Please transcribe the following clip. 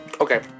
Okay